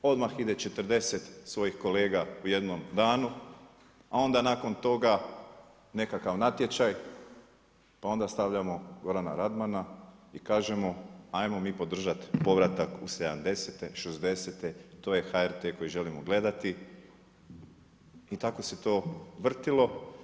Odmah ide 40 svojih kolega u jednom danu, a onda nakon toga nekakav natječaj, pa onda stavljamo Gorana Radmana i kažemo ajmo mi podržati povratak u 70-te, 60-te to je HRT-e koji želimo gledati i tako se to vrtilo.